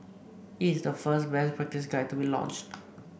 it is the first best practice guide to be launched